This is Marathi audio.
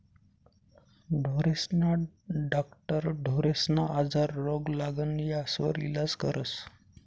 ढोरेस्ना डाक्टर ढोरेस्ना आजार, रोग, लागण यास्वर इलाज करस